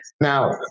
Now